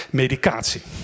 medicatie